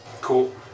Cool